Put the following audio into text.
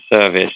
service